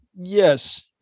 yes